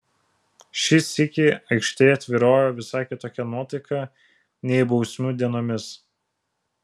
šį sykį aikštėje tvyrojo visai kitokia nuotaika nei bausmių dienomis